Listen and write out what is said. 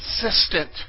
consistent